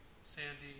Sandy